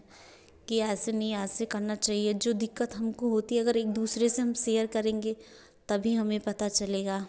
कि ऐसे नहीं ऐसे करना चाहिए जो दिक्कत हमको होती है अगर एक दूसरे से हम सेयर करेंगे तभी हमें पता चलेगा